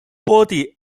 boarded